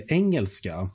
engelska